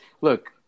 look